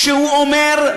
כשהוא אומר,